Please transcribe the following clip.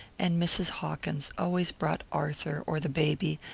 and mrs. hawkins always brought arthur or the baby,